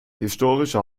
historische